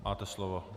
Máte slovo.